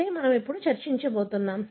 అదే మనం ఇప్పుడు చర్చించబోతున్నాం